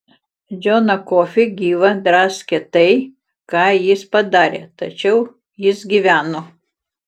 džoną kofį gyvą draskė tai ką jis padarė tačiau jis gyveno